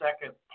second